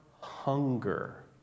hunger